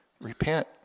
repent